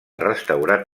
restaurat